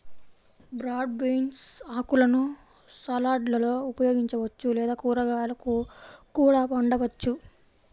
broad beans ఆకులను సలాడ్లలో ఉపయోగించవచ్చు లేదా కూరగాయలా కూడా వండవచ్చు